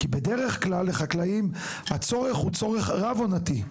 כי בדרך כלל לחקלאים, הצורך הוא צורך רב-עונתי.